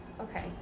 Okay